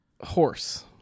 Horse